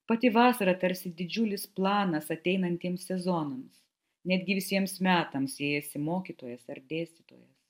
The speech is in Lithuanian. pati vasara tarsi didžiulis planas ateinantiems sezonams netgi visiems metams jei esi mokytojas ar dėstytojas